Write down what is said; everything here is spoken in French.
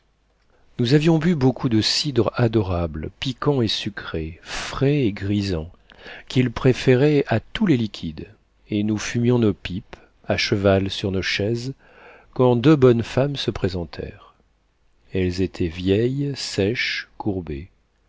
nous avions bu beaucoup de ce cidre adorable piquant et sucré frais et grisant qu'il préférait à tous les liquides et nous fumions nos pipes à cheval sur nos chaises quand deux bonnes femmes se présentèrent elles étaient vieilles sèches courbées